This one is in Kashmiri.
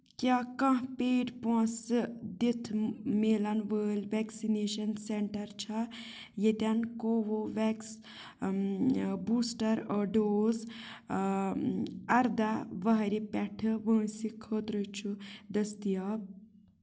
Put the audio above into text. کیٛاہ کانٛہہ پیڈ پۅنٛسہٕ دِتھ میلن وٲلۍ ویکسِنیشن سینٛٹر چھا ییٚتٮ۪ن کو وِو ویٚکس بوٗسٹر ڈوز اَرداہ ؤہرِ پٮ۪ٹھٕ وٲنٛسہِ خٲطرٕ چھُ دٔستِیاب